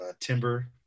timber